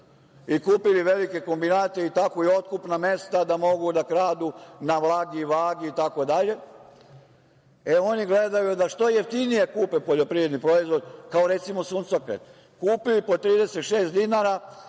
i kupili velike kombinate, tako i otkupna mesta da mogu da kradu na vlagi i vagi itd. Oni gledaju da što jeftinije kupe poljoprivredni proizvod, kao recimo suncokret. Kupili po 36 dinara,